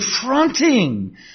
confronting